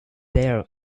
there